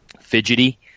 fidgety